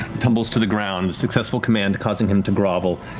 tumbles to the ground, the successful command causing him to grovel.